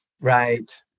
right